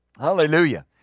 Hallelujah